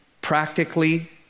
practically